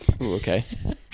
okay